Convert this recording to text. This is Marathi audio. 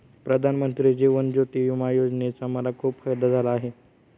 प्रधानमंत्री जीवन ज्योती विमा योजनेचा मला खूप फायदा झाला आहे